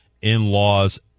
in-laws